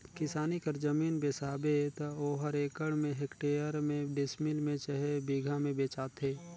किसानी कर जमीन बेसाबे त ओहर एकड़ में, हेक्टेयर में, डिसमिल में चहे बीघा में बेंचाथे